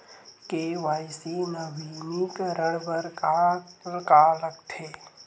KYC नवीनीकरण बर का का लगथे?